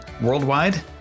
worldwide